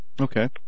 Okay